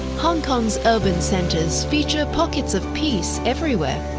hong kong's urban centers feature pockets of peace everywhere.